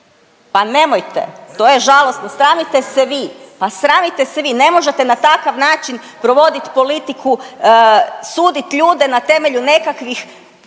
se ne razumije./… sramite se vi, pa sramite se vi. Ne možete na takav način provodit politiku, sudit ljude na temelju nekakvih